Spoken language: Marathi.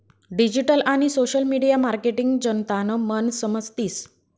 डिजीटल आणि सोशल मिडिया मार्केटिंग जनतानं मन समजतीस